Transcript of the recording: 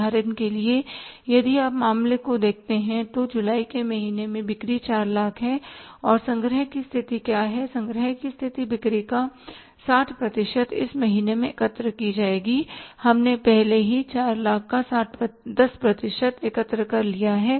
उदाहरण के लिए यदि आप मामले को देखते हैं तो जुलाई के महीने में बिक्री 400000 है और संग्रह की स्थिति क्या है संग्रह की स्थिति बिक्री का 10 प्रतिशत इस महीने में एकत्र की जाएगी कि हमने पहले ही 400000 का 10 प्रतिशत एकत्र कर लिया है